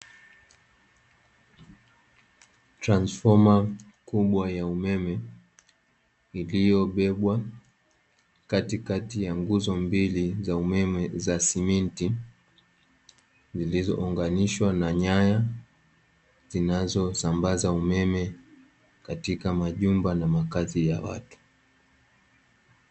Transfoma kubwa ya umeme iliyobebwa katikati ya nguzo mbili za umeme za simenti, zilizounganishwa na nyaya zinazosambaza umeme katika majumba na makazi ya watu.